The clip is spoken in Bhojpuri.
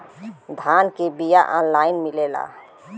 धान के बिया ऑनलाइन मिलेला?